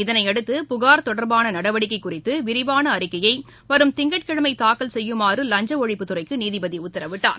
இதனையடுத்து புகார் தொடர்பான நடவடிக்கை குறித்து விரிவான அறிக்கையை வரும் திங்கட்கிழமை தாக்கல் செய்யுமாறு லஞ்ச ஒழிப்புத் துறைக்கு நீதிபதி உத்தரவிட்டார்